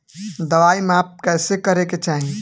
दवाई माप कैसे करेके चाही?